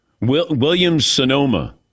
Williams-Sonoma